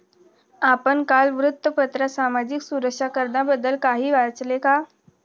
आपण काल वृत्तपत्रात सामाजिक सुरक्षा कराबद्दल काही वाचले का?